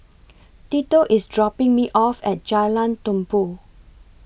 Tito IS dropping Me off At Jalan Tumpu